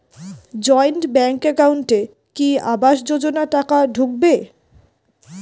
Joint bank একাউন্টে কি আবাস যোজনা টাকা ঢুকবে?